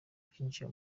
byinjiye